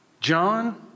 John